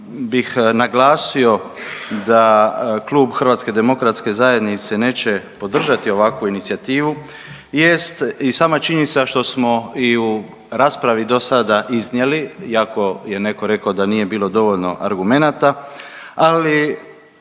bih naglasio da Klub HDZ-a neće podržati ovakvu inicijativu jest i sama činjenica što smo i u raspravi dosada iznijeli iako je netko rekao da nije bilo dovoljno argumenata, ali